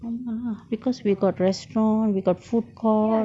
amma because we got restaurant we got food court